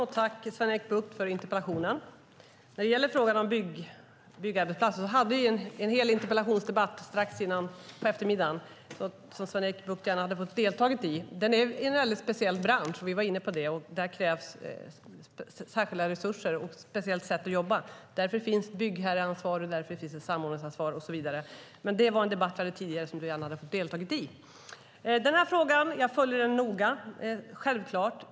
Herr talman! Tack för interpellationen, Sven-Erik Bucht. När det gäller frågan om byggarbetsplatser hade vi en hel interpellationsdebatt på eftermiddagen som Sven-Erik Bucht gärna hade kunnat få delta i. Det är en speciell bransch, och vi var inne på det. Där krävs särskilda resurser och ett speciellt sätt att jobba. Det är därför det finns ett byggherreansvar, ett samordningsansvar, och så vidare. Det var en debatt vi hade tidigare som du gärna hade fått delta i. Jag följer självklart denna fråga noga.